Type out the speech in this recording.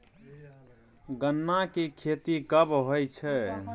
गन्ना की खेती कब होय छै?